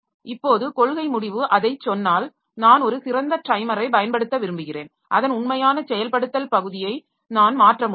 இப்போது காெள்கை முடிவு அதைச் சொன்னால் நான் ஒரு சிறந்த டைமரைப் பயன்படுத்த விரும்புகிறேன் அதன் உண்மையான செயல்படுத்தல் பகுதியை நான் மாற்ற முடியும்